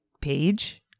page